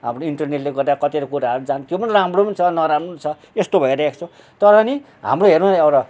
अब इन्टरनेटले गर्दा अब कतिवटा कुराहरू जान् त्यो पनि राम्रो पनि छ नराम्रो पनि छ यस्तो भइरहेको छ तर नि हाम्रो हेर्नु नि एउटा